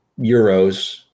euros